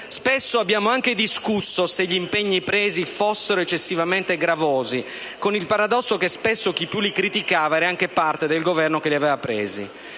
Spesso abbiamo anche discusso in merito agli impegni presi, chiedendoci se fossero eccessivamente gravosi, con il paradosso che spesso chi più li criticava era anche parte del Governo che li aveva assunti.